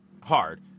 hard